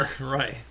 Right